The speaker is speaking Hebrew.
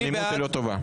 עמימות היא לא טובה.